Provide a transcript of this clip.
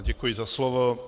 Děkuji za slovo.